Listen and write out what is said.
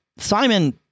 Simon